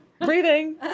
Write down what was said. Breathing